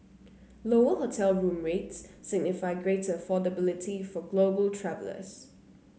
lower hotel room rates signify greater affordability for global travellers